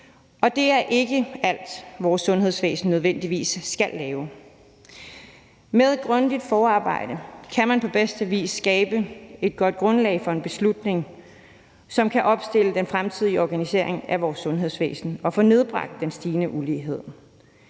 Det er ikke alt, vores sundhedsvæsen nødvendigvis skal lave. Med grundigt forarbejde kan man på bedste vis skabe et godt grundlag for en beslutning, som kan opstille den fremtidige organisering af vores sundhedsvæsen og få nedbragt den stigende ulighed.